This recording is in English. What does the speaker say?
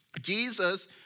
Jesus